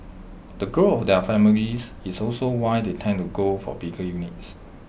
the growth of their families is also why they tend to go for bigger units